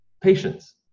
Patience